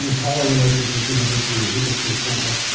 you know power relations with the university, and who gets to appoint what,